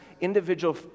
individual